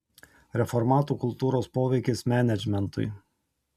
reformatų kultūros poveikis menedžmentui